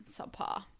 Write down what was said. subpar